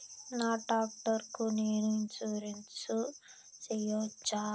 నా టాక్టర్ కు నేను ఇన్సూరెన్సు సేయొచ్చా?